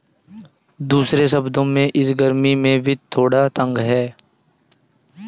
दूसरे शब्दों में, इस गर्मी में वित्त थोड़ा तंग है